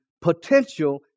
potential